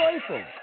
joyful